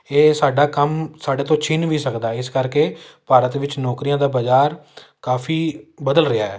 ਇਹ ਸਾਡਾ ਕੰਮ ਸਾਡੇ ਤੋਂ ਛਿਨ ਵੀ ਸਕਦਾ ਇਸ ਕਰਕੇ ਭਾਰਤ ਵਿੱਚ ਨੌਕਰੀਆਂ ਦਾ ਬਾਜ਼ਾਰ ਕਾਫੀ ਬਦਲ ਰਿਹਾ